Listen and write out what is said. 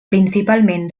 principalment